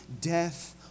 death